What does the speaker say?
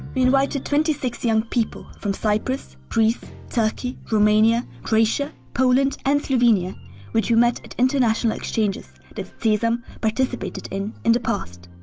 invited twenty six young people from cyprus, greece, turkey, romania, croatia, poland and slovenia which we met at international exchanges that cezam participated in the and past.